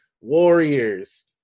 Warriors